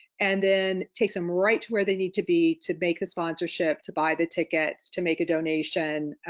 and then takes them right to where they need to be to make a sponsorship to buy the tickets to make a donation,